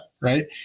Right